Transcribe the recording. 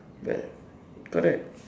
ya correct